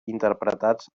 interpretats